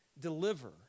deliver